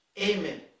Amen